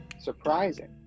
surprising